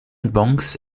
banks